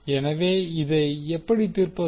எனவே இதை எப்படி தீர்ப்பது